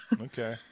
Okay